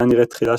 היה נראה תחילה,